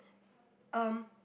um